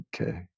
Okay